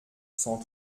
cent